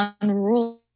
unruly